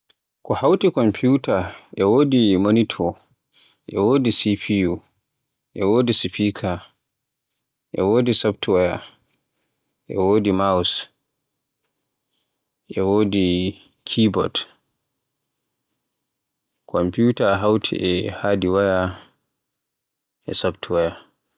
Ko hawti komfiyuta e wodi monito, e wodi CPU, e wodi spika, e wodi softuwaya, e wodi maws, e wodi kinod. Komfiyuta e hawti e hadwaya e softuwaya.